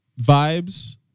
vibes